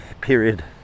period